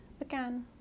Again